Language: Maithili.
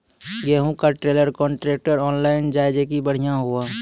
गेहूँ का ट्रेलर कांट्रेक्टर ऑनलाइन जाए जैकी बढ़िया हुआ